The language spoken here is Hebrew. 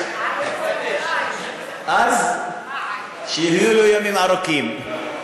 אז שיהיו לו ימים ארוכים.